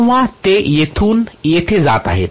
तेव्हा ते येथून तेथे जात आहे